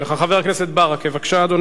חבר הכנסת מוחמד ברכה, בבקשה, אדוני.